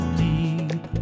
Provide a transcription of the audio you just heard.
deep